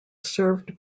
served